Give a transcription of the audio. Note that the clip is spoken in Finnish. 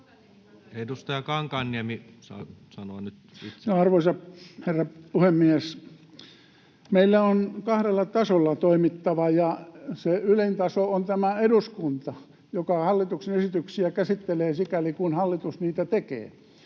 Time: 19:25 Content: Arvoisa herra puhemies! Meidän on kahdella tasolla toimittava, ja se ylin taso on tämä eduskunta, joka hallituksen esityksiä käsittelee, sikäli kuin hallitus niitä tekee.